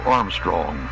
Armstrong